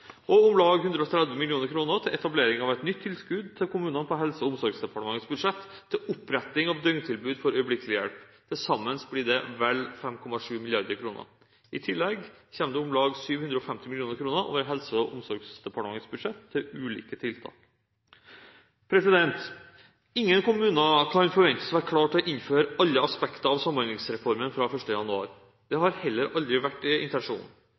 og om lag 130 mill. kr til etablering av et nytt tilskudd til kommunene på Helse- og omsorgsdepartementets budsjett til oppretting av døgntilbud for øyeblikkelig hjelp. Til sammen blir det vel 5,7 mrd. kr. I tillegg kommer det om lag 750 mill. kr over Helse- og omsorgsdepartementets budsjett til ulike tiltak. Ingen kommuner kan forventes å være klare til å innføre alle aspekter av Samhandlingsreformen fra 1. januar. Det har heller aldri vært